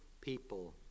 people